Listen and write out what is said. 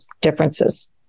differences